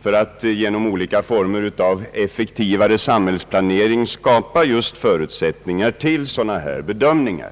för att genom olika former av effektivare samhällsplanering skapa just förutsättningar för sådana här bedömningar.